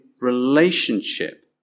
relationship